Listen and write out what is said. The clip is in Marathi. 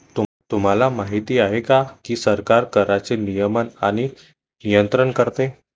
तुम्हाला माहिती आहे का की सरकार कराचे नियमन आणि नियंत्रण करते